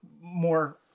more